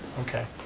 okay.